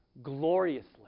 Gloriously